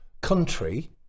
country